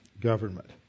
government